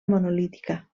monolítica